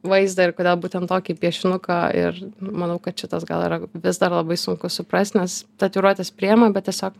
vaizdą ir kodėl būtent tokį piešinuką ir manau kad šitas gal yra vis dar labai sunku suprast nes tatuiruotes priema bet tiesiog